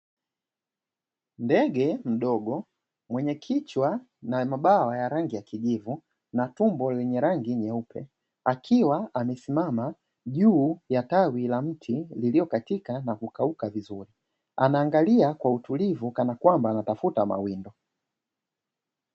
Ndege mdogo mwenye kichwa na mabawa ya rangi ya kijivu na tumbo lenye rangi nyeupe, akiwa amesimama juu ya tawi la mti lililo katika na kukauka vizuri, anaangalia kwa utulivu kana kwamba ana tafuta mawindo.